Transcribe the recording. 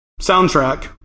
soundtrack